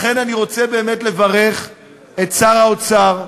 לכן אני רוצה באמת לברך את שר האוצר,